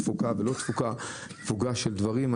תפוגה ולא תפוגה של דברים.